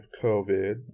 COVID